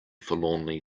forlornly